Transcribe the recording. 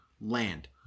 land